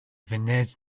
funud